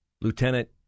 Lieutenant